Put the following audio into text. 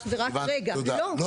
אני